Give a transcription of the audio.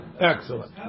Excellent